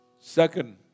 Second